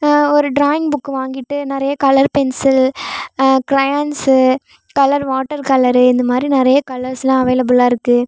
ஒரு drawing book வாங்கிட்டு நிறைய colour pencil crayons colour water colour இந்தமாதிரி நிறைய கலர்ஸ்லாம் அவைளபுலாக இருக்குது